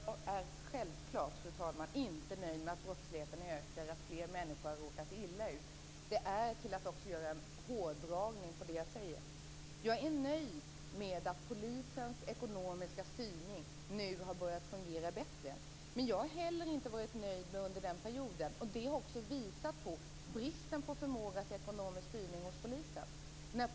Fru talman! Nej, jag är självfallet inte nöjd med att brottsligheten ökar eller att fler människor har råkat illa ut. Det är att göra en hårdragning av det jag säger. Jag är nöjd med att polisens ekonomiska styrning nu har börjat fungera bättre. Men jag har inte varit nöjd under den tidigare perioden då bristen på ekonomisk styrning hos polisen visade sig.